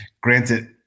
Granted